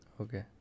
Okay